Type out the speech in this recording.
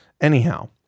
Anyhow